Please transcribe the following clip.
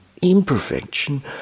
Imperfection